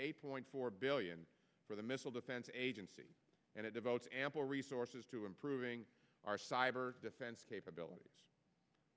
eight point four billion for the missile defense agency and it devotes ample resources to improving our cyber defense capabilities